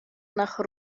nach